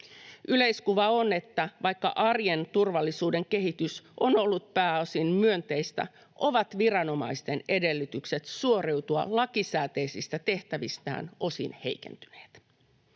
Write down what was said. Yleiskuva on, että vaikka arjen turvallisuuden kehitys on ollut pääosin myönteistä, ovat viranomaisten edellytykset suoriutua lakisääteisistä tehtävistään osin heikentyneet.